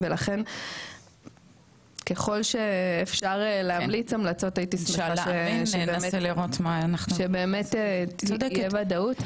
ולכן ככל שאפשר להמליץ המלצות הייתי שמחה שבאמת יהיה וודאות,